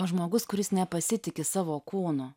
o žmogus kuris nepasitiki savo kūnu